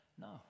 No